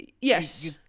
Yes